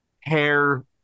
hair